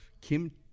Kim